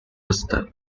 rooster